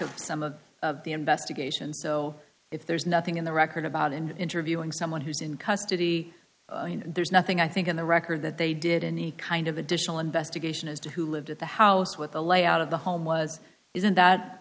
of some of the investigation so if there's nothing in the record about and interviewing someone who's in custody there's nothing i think on the record that they did any kind of additional investigation as to who lived at the house with the layout of the home was isn't that